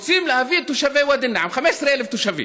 רוצים להביא את תושבי ואדי א-נעם, 15,000 תושבים.